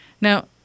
Now